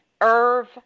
Irv